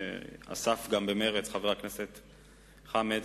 שאסף במרץ חבר הכנסת חמד,